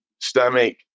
Stomach